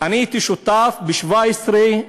הייתי שותף ב-17,